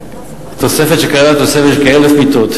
תוספת שכללה כ-1,000 מיטות,